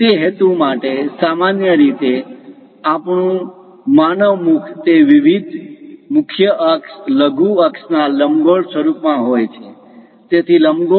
તે હેતુ માટે સામાન્ય રીતે આપણું માનવ મુખ તે વિવિધ મુખ્ય અક્ષ લઘુ અક્ષ ના લંબગોળ સ્વરૂપમાં હોય છે તેથી લંબગોળ માટે